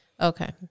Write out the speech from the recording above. Okay